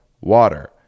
water